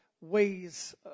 ways